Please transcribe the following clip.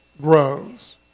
grows